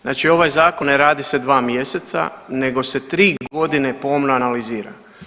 Znači ovaj Zakon ne radi se 2 mjeseca nego se 3 godine pomno analizira.